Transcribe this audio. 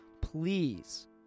please